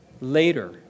later